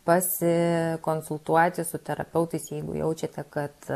pasikonsultuoti su terapeutais jeigu jaučiate kad